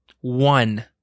One